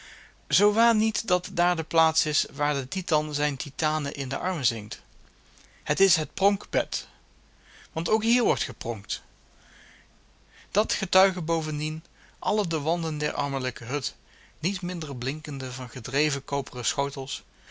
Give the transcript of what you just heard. zoo waan niet dat daar de plaats is waar de titan zijne titane in de armen zinkt het is het pronkbed want ook hier wordt gepronkt dat getuigen bovendien alle de wanden der armelijke hut niet minder blinkende van gedreven koperen schotels